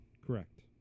Correct